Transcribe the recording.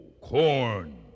corn